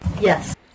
yes